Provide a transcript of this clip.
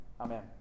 Amen